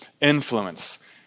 influence